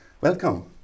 Welcome